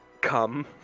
come